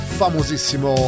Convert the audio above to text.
famosissimo